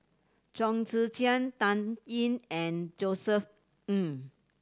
Chong Tze Chien Dan Ying and Josef Ng